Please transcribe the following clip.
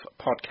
Podcast